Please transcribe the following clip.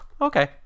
okay